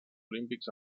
olímpics